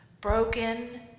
broken